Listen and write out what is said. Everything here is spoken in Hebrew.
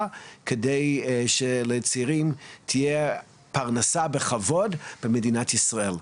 כדי שלצעירים תהיה פרנסה בכבוד במדינת ישראל.